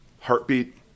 Heartbeat